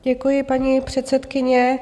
Děkuji, paní předsedkyně.